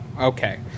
Okay